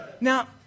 Now